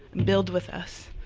build with us.